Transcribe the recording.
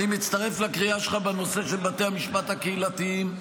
אני מצטרף לקריאה שלך בנושא של בתי המשפט הקהילתיים,